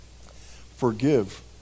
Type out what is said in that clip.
Forgive